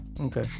Okay